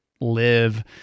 live